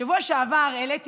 בשבוע שעבר העליתי